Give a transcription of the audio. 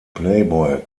playboy